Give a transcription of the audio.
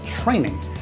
training